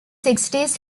sixties